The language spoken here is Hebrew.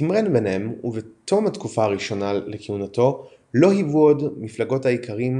תמרן ביניהן ובתום התקופה הראשונה לכהונתו לא היוו עוד מפלגת האיכרים